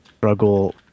struggle